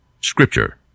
Scripture